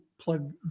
plug